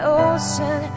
ocean